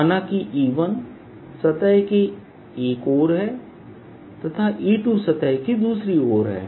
माना कि E1 सतह के एक और है तथा E2सतह के दूसरी ओर है